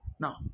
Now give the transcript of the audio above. Now